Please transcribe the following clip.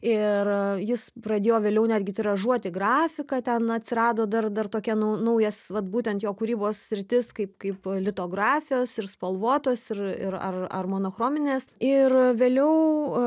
ir jis pradėjo vėliau netgi tiražuoti grafiką ten atsirado dar dar tokia nau naujas vat būtent jo kūrybos sritis kaip kaip litografijos ir spalvotos ir ir ar ar monochrominės ir vėliau